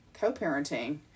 co-parenting